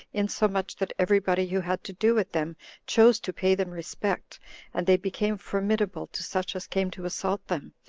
insomuch that every body who had to do with them chose to pay them respect and they became formidable to such as came to assault them,